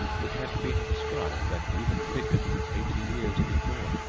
which had been described, and even figured, eighty years before.